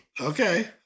Okay